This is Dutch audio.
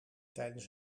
tijdens